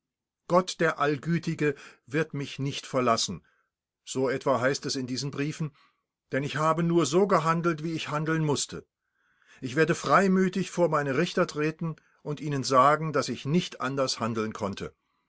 gott der allgütige wird mich nicht verlassen so etwa heißt es in diesen briefen denn ich habe nur so gehandelt wie ich handeln mußte ich werde freimütig vor meine richter treten und ihnen sagen daß ich nicht anders handeln konnte